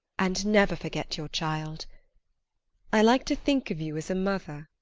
and never forget your child i like to think of you as a mother.